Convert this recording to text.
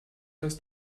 dass